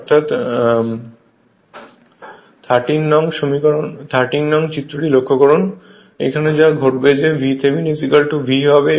অর্থাৎ 13 নম্বর চিত্রটি লক্ষ্য করুণ এখানে যা ঘটবে যে VThevenin V হবে